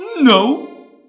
No